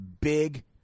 big